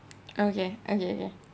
okay okay okay